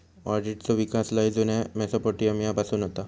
ऑडिटचो विकास लय जुन्या मेसोपोटेमिया पासून होता